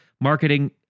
marketing